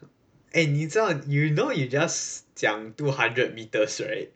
!hey! 你知道 you know you just 讲 two hundred metres right